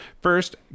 First